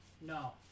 No